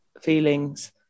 feelings